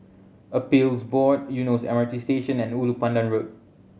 Appeals Board Eunos M R T Station and Ulu Pandan Road